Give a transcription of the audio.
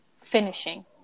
finishing